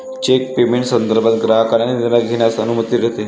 check payment संदर्भात ग्राहकांना निर्णय घेण्यास अनुमती देते